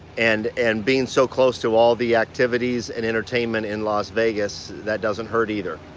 and and being so close to all the activities and entertainment in las vegas that doesn't hurt, either.